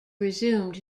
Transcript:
resumed